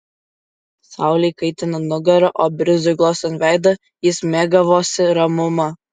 saulei kaitinant nugarą o brizui glostant veidą jis mėgavosi ramuma